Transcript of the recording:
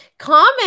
comment